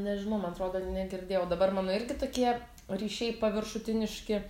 nežinau man atrodo negirdėjau dabar mano irgi tokie ryšiai paviršutiniški